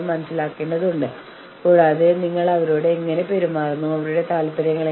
നിങ്ങൾക്ക് ഉപയോഗിക്കാവുന്ന ചില തന്ത്രങ്ങളിൽ ഒന്ന് ഡിസ്ട്രിബൂട്ടീവ് വിലപേശൽ ആണ്